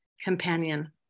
companion